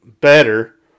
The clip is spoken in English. better